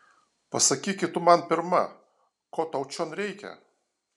pasakyki tu man pirma ko tau čion reikia